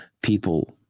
people